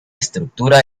estructura